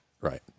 Right